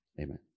amen